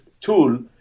tool